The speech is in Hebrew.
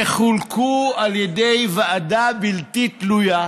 וחולקו על ידי ועדה בלתי תלויה,